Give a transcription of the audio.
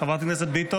בעד בועז ביסמוט,